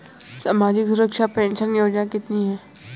सामाजिक सुरक्षा पेंशन योजना कितनी हैं?